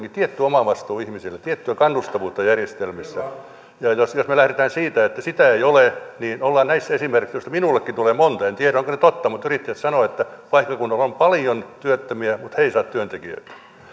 tietyn omavastuun ihmisille tiettyä kannustavuutta järjestelmissä ja jos jos me lähdemme siitä että sitä ei ole niin ollaan näissä esimerkeissä minullekin on tullut monta ja en tiedä ovatko ne totta mutta yrittäjät sanovat että paikkakunnalla on paljon työttömiä mutta he eivät saa työntekijöitä